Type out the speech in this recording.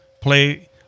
play